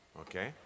Okay